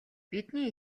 бидний